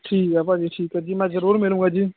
ਠੀਕ ਐ ਭਾਅ ਜੀ ਠੀਕ ਐ ਜੀ ਮੈਂ ਜਰੂਰ ਮਿਲੂੰਗਾ ਜੀ